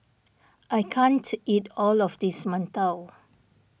I can't eat all of this Mantou